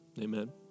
Amen